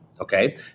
okay